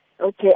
Okay